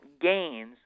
gains